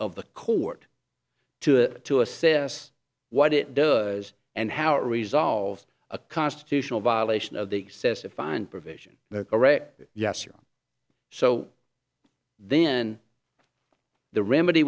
of the court to to assess what it does and how it resolves a constitutional violation of the excessive find provision that correct yes or so then the remedy